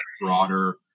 broader